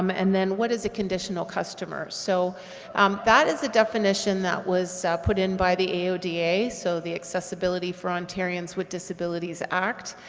um and then, what is a conditional customer? so um that is a definition that was put in by the aoda, so the accessibility for ontarians with disabilities act,